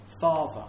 Father